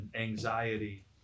anxiety